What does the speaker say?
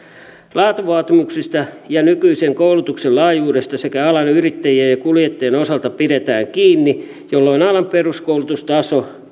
laatuvaatimuksista ja nykyisen koulutuksen laajuudesta sekä alan yrittäjien ja ja kuljettajien osalta pidetään kiinni jolloin alan peruskoulutustaso